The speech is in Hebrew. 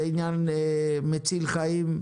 זה עניין מציל חיים,